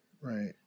Right